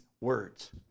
words